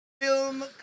Film